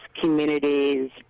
communities